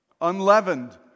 Unleavened